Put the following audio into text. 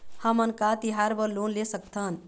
हमन का तिहार बर लोन ले सकथन?